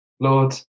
Lord